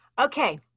Okay